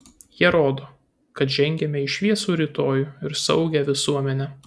jie rodo kad žengiame į šviesų rytojų ir saugią visuomenę